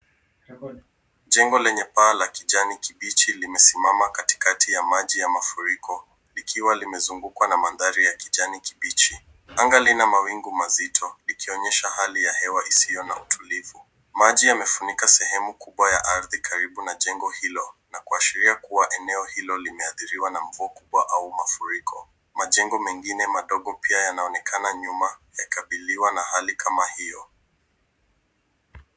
Jengo lenye paa la kijani kibichi limesimama katikati ya maji ya mafuriko likiwa limezungukwa na mandhari ya kijani kibichi. Anga lina mawingu mazito ikionyesha hali ya hewa isiyo na utulivu. Maji yamefunika sehemu kubwa ya ardhi karibu na jengo hilo. Na kuashiria kuwa eneo hilo limeathiriwa na mvua kubwa au mafuriko. Majengo mengine madogo pia yanaonekana nyuma. Na kukabiliwa na hali kama hiyo.